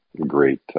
Great